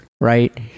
right